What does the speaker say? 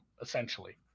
essentially